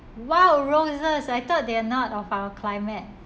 !wow! roses I thought they are not of our climate